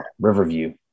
riverview